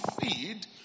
feed